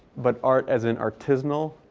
but art as in artisanal,